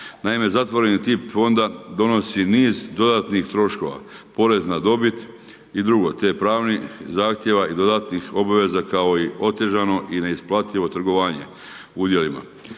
Naime, zatvoreni tip Fonda donosi niz dodatnih troškova, porez na dobit i dr. te pravnih zahtjeva i dodatnih obveza kao i otežano i neisplativo trgovanje udjelima